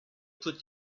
put